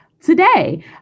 today